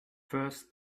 first